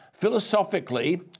Philosophically